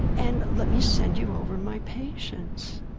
and let me send you over my patients.